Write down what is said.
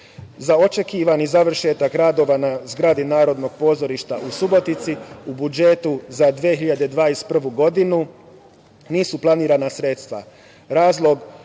očekivani završetak radova na zgradi Narodnog pozorišta u Subotici u budžetu za 2021. godinu nisu planirana sredstva.